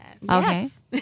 Yes